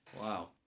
wow